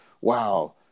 wow